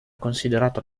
considerato